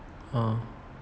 !huh!